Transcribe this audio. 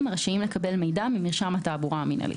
הרשאים לקבל מידע ממרשם התעבורה המינהלי